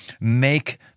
make